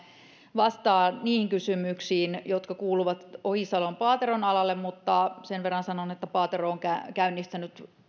niihin kysymyksiin jotka kuuluvat ohisalon ja paateron alalle mutta sen verran sanon että paatero on käynnistänyt